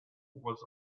was